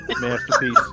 Masterpiece